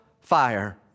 fire